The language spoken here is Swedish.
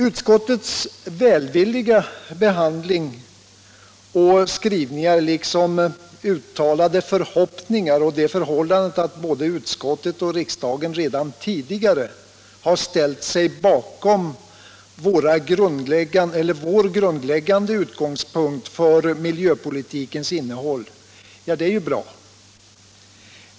Utskottets välvilliga behandling och skrivningar liksom uttalade förhoppningar och det förhållandet att både utskottet och riksdagen redan tidigare har ställt sig bakom vår grundläggande utgångspunkt för miljöpolitikens innehåll är naturligtvis bra.